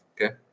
Okay